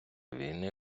війни